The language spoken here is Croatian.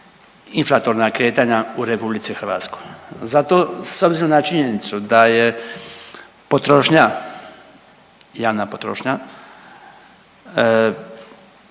inflatorna kretanja u RH. Zato s obzirom na činjenicu da je potrošnja, javna potrošnja